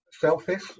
selfish